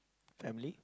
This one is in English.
family